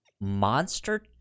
monster